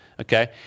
Okay